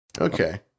Okay